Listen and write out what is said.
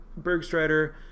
Bergstrider